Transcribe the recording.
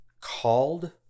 called